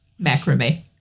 Macrame